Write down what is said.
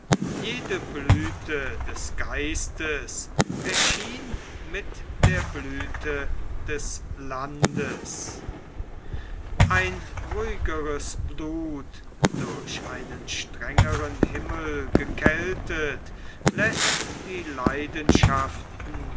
jede blüthe des geistes erschien mit der blüthe des landes ein ruhigeres blut durch einen strengeren himmel gekältet läßt die leidenschaften